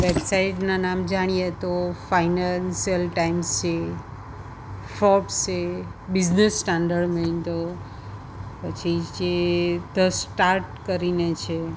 વેબસાઇટનાં નામ જાણીએ તો ફાઈનાન્સિયલ ટાઈમ્સ છે ફોબ્સ છે બિઝનસ સ્ટાન્ડર્ડ મેઇન તો પછી છે ધ સ્ટાર્ટ કરીને છે